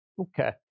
Okay